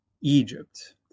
Egypt